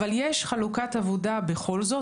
אבל יש חלוקת עבודה בכל זאת,